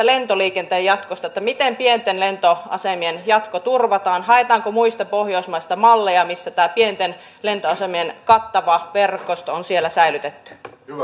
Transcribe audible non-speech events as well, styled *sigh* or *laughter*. *unintelligible* lentoliikenteen jatkosta miten pienten lentoasemien jatko turvataan haetaanko muista pohjoismaista malleja missä tämä pienten lentoasemien kattava verkosto on säilytetty